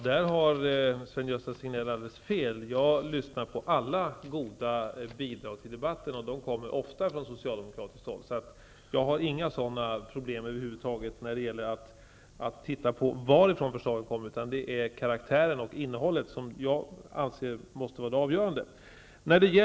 Fru talman! På den punkten har Sven-Gösta Signell alldeles fel -- jag lyssnar på alla goda uppslag som kommer fram i debatten, och sådana kommer det ofta från socialdemokratiskt håll. Jag tar ingen hänsyn till varifrån förslagen kommer, utan det är förslagens karaktär och innehåll som är det för mig avgörande.